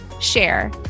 share